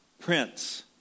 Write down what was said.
prince